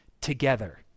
together—